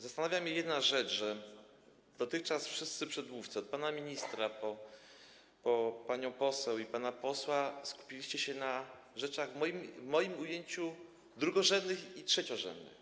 Zastanawia mnie jedna rzecz: to, że dotychczas wszyscy przedmówcy, od pana ministra po panią poseł i pana posła, skupili się na rzeczach w moim ujęciu drugorzędnych i trzeciorzędnych.